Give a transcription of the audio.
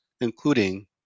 including